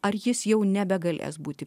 ar jis jau nebegalės būti